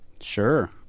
Sure